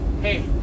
Hey